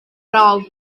prawf